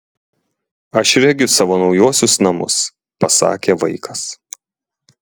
aš regiu savo naujuosius namus pasakė vaikas